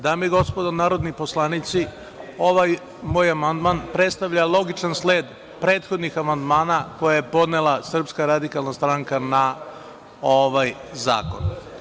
Dame i gospodo narodni poslanici, ovaj moj amandman predstavlja logičan sled prethodnih amandmana koje je podnela SRS na ovaj zakon.